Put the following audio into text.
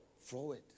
Forward